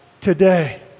today